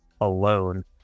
alone